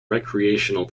recreational